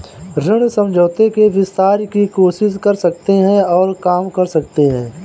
ऋण समझौते के विस्तार की कोशिश कर सकते हैं और काम कर सकते हैं